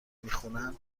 میخونن